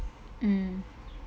mm